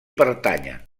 pertanyen